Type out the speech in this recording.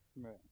Right